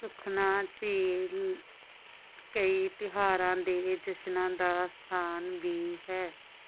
ਸੁਖਨਾ ਝੀਲ ਕਈ ਤਿਉਹਾਰਾਂ ਦੇ ਜਸ਼ਨਾਂ ਦਾ ਸਥਾਨ ਵੀ ਹੈ